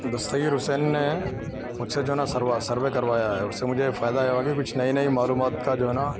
دستگیر حسین نے مجھ سے جو ہے نا سروا سروے کروایا ہے اس سے مجھے ایک فائدہ یہ ہوا کہ کچھ نئی نئی معلومات کا جو ہے نا